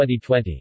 2020